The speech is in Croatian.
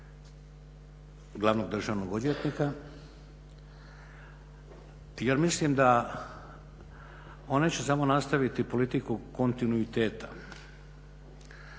glavnog državnog odvjetnika jer mislim da on neće samo nastaviti politiku kontinuiteta